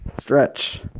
stretch